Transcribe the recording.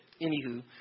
anywho